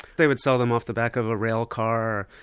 they would sell them off the back of a rail car.